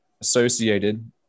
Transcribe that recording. associated